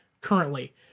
currently